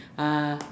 uh